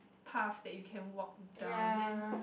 path that you can walk down then